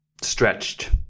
stretched